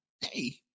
hey